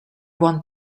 want